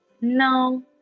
no